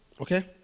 Okay